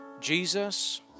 Jesus